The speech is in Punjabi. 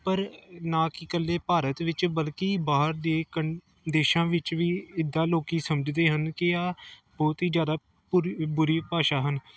ਪਰ ਨਾ ਕਿ ਇਕੱਲੇ ਭਾਰਤ ਵਿੱਚ ਬਲਕਿ ਬਾਹਰ ਦੇ ਕੰਨ ਦੇਸ਼ਾਂ ਵਿੱਚ ਵੀ ਇੱਦਾਂ ਲੋਕ ਸਮਝਦੇ ਹਨ ਕਿ ਆ ਬਹੁਤ ਹੀ ਜ਼ਿਆਦਾ ਪੁਰੀ ਬੁਰੀ ਭਾਸ਼ਾ ਹਨ